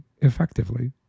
effectively